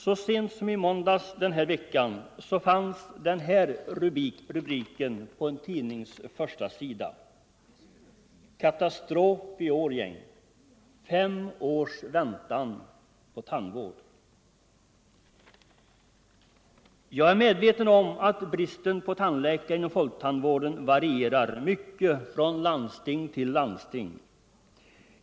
Så sent som i måndags fanns den här rubriken på en tidnings förstasida: ”Katastrof i Årjäng — fem års väntan på tandvård.” Jag är medveten om att bristen på tandläkare inom folktandvården varierar mycket från landsting till landsting.